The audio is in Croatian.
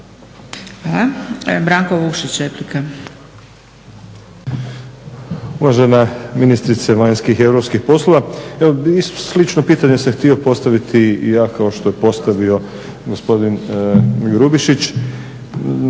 Branko Vukšić replika.